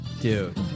Dude